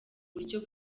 buryo